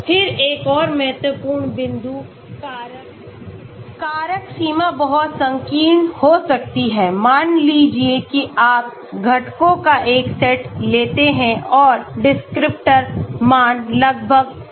फिर एक और महत्वपूर्ण बिंदु कारक सीमा बहुत संकीर्ण हो सकती है मान लीजिए कि आप घटकों का एक सेट लेते हैं और डिस्क्रिप्टर मान लगभग समान हैं